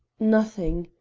nothing.